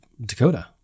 Dakota